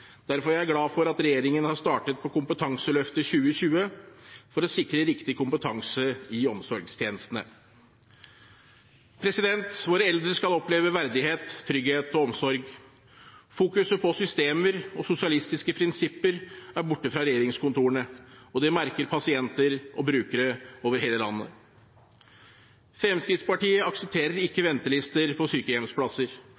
Derfor er jeg glad for at regjeringen har startet på Kompetanseløftet 2020 for å sikre riktig kompetanse i omsorgstjenestene. Våre eldre skal oppleve verdighet, trygghet og omsorg. Fokuset på systemer og sosialistiske prinsipper er borte fra regjeringskontorene, og det merker pasienter og brukere over hele landet. Fremskrittspartiet aksepterer